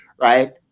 right